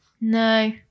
No